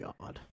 God